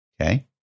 Okay